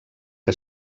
que